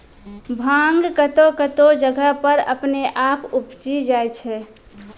भांग कतौह कतौह जगह पर अपने आप उपजी जाय छै